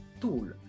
tool